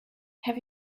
have